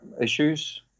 issues